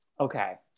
Okay